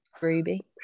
ruby